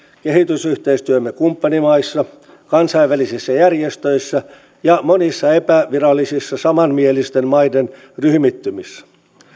kehitysyhteistyömme kumppanimaissa kansainvälisissä järjestöissä ja monissa epävirallisissa samanmielisten maiden ryhmittymissä